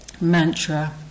mantra